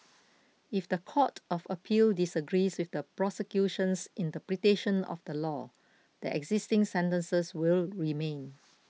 if the Court of Appeal disagrees with the prosecution's interpretation of the law the existing sentences will remain